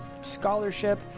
scholarship